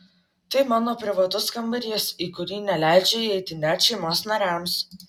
tai mano privatus kambarys į kurį neleidžiu įeiti net šeimos nariams